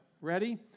Ready